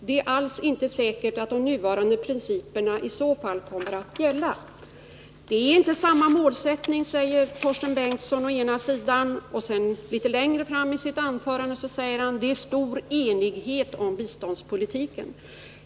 Det är alls inte säkert att de nuvarande principerna i så fall kommer att gälla.” Det är inte samma målsättning, säger Torsten Bengtson. Men litet längre fram i sitt anförande säger han att det är stor enighet om biståndspolitiken.